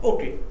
Okay